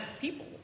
people